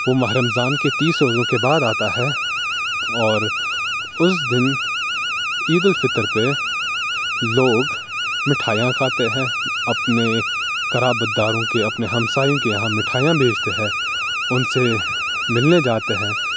وہ ماہ رمضان کے تیس روزوں کے بعد آتا ہے اور اس دن عید الفطر پہ لوگ مٹھائیاں کھاتے ہیں اپنے قرابتداروں کے اپنے ہمسایوں کے یہاں مٹھائیاں بھیجتے ہیں ان سے ملنے جاتے ہیں